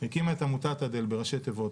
הקימה את עמותת אד"ל בראשי תיבות,